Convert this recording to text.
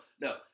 no